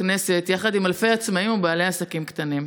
לכנסת יחד עם אלפי עצמאים ובעלי עסקים קטנים.